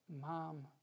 mom